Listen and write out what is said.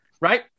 right